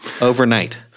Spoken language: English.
overnight